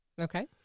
Okay